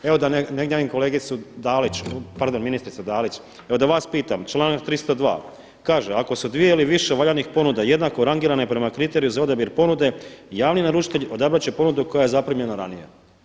Evo da ne gnjavim kolegicu Dalić, pardon ministricu Dalić, evo da vas pitam, članak 302. kaže „ako su dvije ili više valjanih ponuda jednako rangirane prema kriteriju za odabir ponude javni naručite odabrat će ponudu koja je zaprimljena ranije“